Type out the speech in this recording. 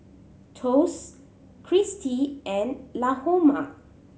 Thos Cristi and Lahoma